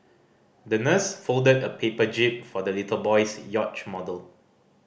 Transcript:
the nurse folded a paper jib for the little boy's yacht model